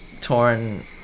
torn